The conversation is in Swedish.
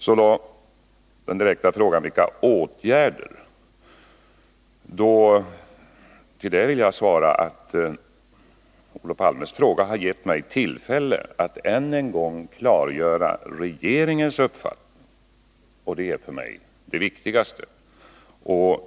På Olof Palmes direkta fråga om åtgärder vill jag svara att den här frågan har gett mig tillfälle att än en gång klargöra regeringens uppfattning, och det är för mig det viktigaste.